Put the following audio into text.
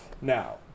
Now